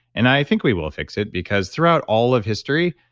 and i think we will fix it because throughout all of history,